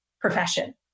profession